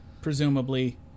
Presumably